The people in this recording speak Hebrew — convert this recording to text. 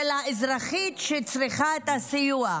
של האזרחית שצריכה את הסיוע.